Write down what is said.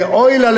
ואוי לה,